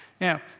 Now